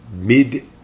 mid